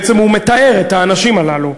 הוא בעצם מתאר את האנשים הללו.